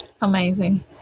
amazing